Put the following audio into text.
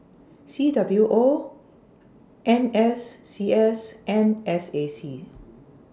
C W O N S C S and S A C